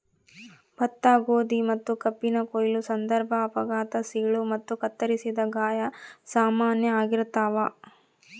ಭತ್ತ ಗೋಧಿ ಮತ್ತುಕಬ್ಬಿನ ಕೊಯ್ಲು ಸಂದರ್ಭ ಅಪಘಾತ ಸೀಳು ಮತ್ತು ಕತ್ತರಿಸಿದ ಗಾಯ ಸಾಮಾನ್ಯ ಆಗಿರ್ತಾವ